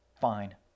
Fine